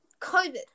COVID